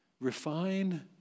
refine